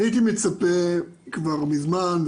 הייתי מצפה כבר מזמן,